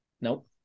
Nope